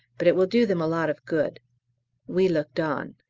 but it will do them a lot of good we looked on.